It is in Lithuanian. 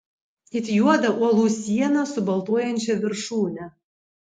it juodą uolų sieną su baltuojančia viršūne